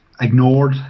ignored